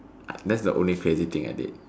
I that's the only crazy thing I did